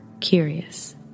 curious